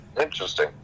Interesting